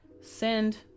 send